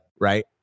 Right